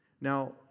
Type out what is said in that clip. Now